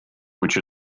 which